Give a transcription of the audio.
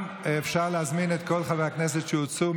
סדרנים, אפשר להזמין את כל חברי הכנסת שהוצאו.